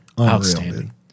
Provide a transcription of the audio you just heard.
outstanding